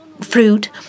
fruit